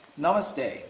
Namaste